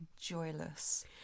Joyless